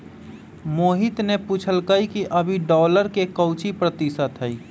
मोहित ने पूछल कई कि अभी डॉलर के काउची प्रतिशत है?